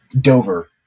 Dover